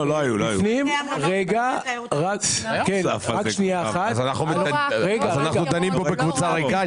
אז אנחנו דנים פה בקבוצה ריקה?